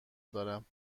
دارم